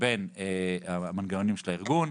לבין המנגנונים של הארגון,